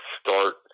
start